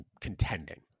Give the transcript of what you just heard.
contending